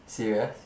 serious